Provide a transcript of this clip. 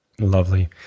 Lovely